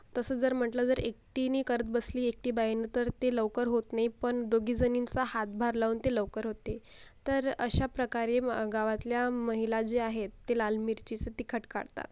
तसं जर म्हटलं तर एकटीने करत बसली एकटी बाई नं तर ते लवकर होत नाही पण दोघी जणींचा हातभार लावून ते लवकर होते तर अशा प्रकारे म गावातल्या महिला जे आहेत ते लाल मिरचीचं तिखट काढतात